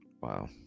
Wow